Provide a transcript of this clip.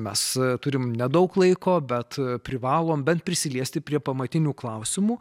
mes turim nedaug laiko bet privalom bent prisiliesti prie pamatinių klausimų